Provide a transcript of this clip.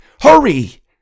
Hurry